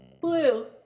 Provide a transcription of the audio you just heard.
Blue